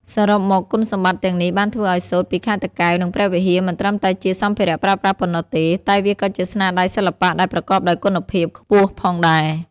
សរុបមក គុណសម្បត្តិទាំងនេះបានធ្វើឱ្យសូត្រពីខេត្តតាកែវ និងព្រះវិហារមិនត្រឹមតែជាសម្ភារៈប្រើប្រាស់ប៉ុណ្ណោះទេ តែវាក៏ជាស្នាដៃសិល្បៈដែលប្រកបដោយគុណភាពខ្ពស់ផងដែរ។